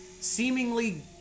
seemingly